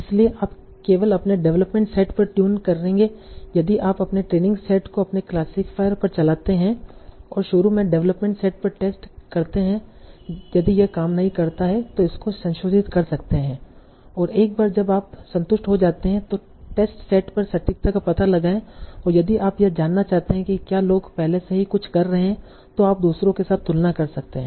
इसलिए आप केवल अपने डेवलपमेंट सेट पर ट्यून करेंगे यदि आप अपने ट्रेनिंग सेट को अपने क्लासिफायर पर चलाते हैं और शुरू में डेवलपमेंट सेट पर टेस्ट करते हैं यदि यह काम नहीं करता है तों इसको संशोधित कर सकते है और एक बार जब आप संतुष्ट हो जाते हैं तो टेस्ट सेट पर सटीकता का पता लगाएं और यदि आप यह जानना चाहते हैं कि क्या लोग पहले से ही कुछ कर रहे हैं तो आप दूसरों के साथ तुलना कर सकते हैं